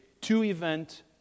two-event